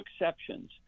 exceptions